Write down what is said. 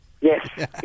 Yes